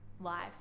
live